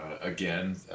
Again